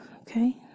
okay